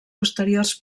posteriors